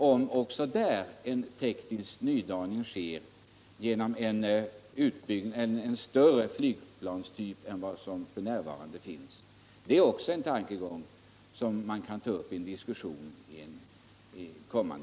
Även här sker en teknisk nydaning genom att det kommer flygplanstyper som blir större än de som f.n. finns.